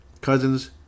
Cousins